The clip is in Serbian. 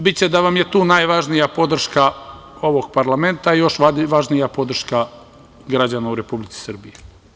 Međutim, biće da vam je tu najvažnija podrška ovog parlamenta, i još važnija podrška građana u Republici Srbiji.